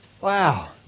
Wow